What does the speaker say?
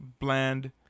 bland